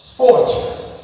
fortress